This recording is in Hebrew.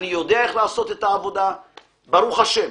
אני יודע איך לעשות את העבודה ברוך השם.